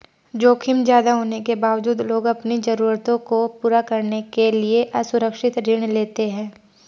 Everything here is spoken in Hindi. जोखिम ज्यादा होने के बावजूद लोग अपनी जरूरतों को पूरा करने के लिए असुरक्षित ऋण लेते हैं